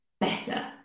better